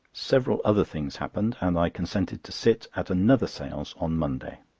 several other things happened, and i consented to sit at another seance on monday.